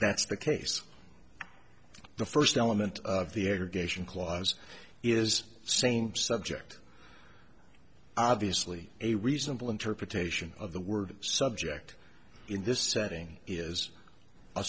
that's the case the first element of the aggregation clause is same subject obviously a reasonable interpretation of the word subject in this setting is a